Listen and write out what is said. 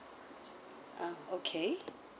ah okay